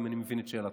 אם אני מבין את שאלתך.